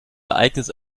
ereignis